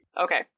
Okay